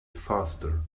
faster